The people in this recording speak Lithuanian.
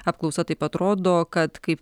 apklausa taip pat rodo kad kaip